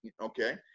Okay